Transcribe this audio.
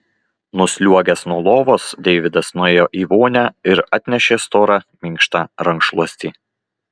nusliuogęs nuo lovos deividas nuėjo į vonią ir atnešė storą minkštą rankšluostį